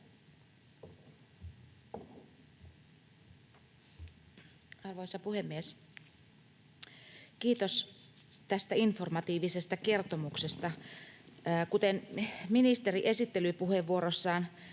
Arvoisa puhemies! Kiitos tästä informatiivisesta kertomuksesta. Kuten ministeri esittelypuheenvuorossaan